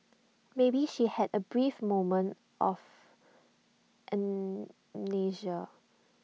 maybe she had A brief moment of amnesia